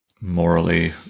morally